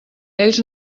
ells